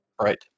Right